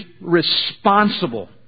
responsible